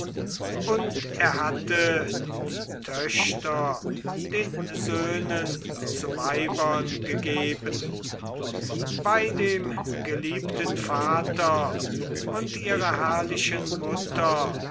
und er hatte die töchter den söhnen zu weibern gegeben bei dem geliebten vater und ihrer herrlichen mutter